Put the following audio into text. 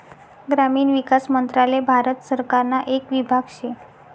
ग्रामीण विकास मंत्रालय भारत सरकारना येक विभाग शे